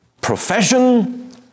profession